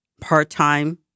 part-time